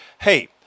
Hey